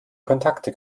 kontakte